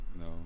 No